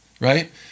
right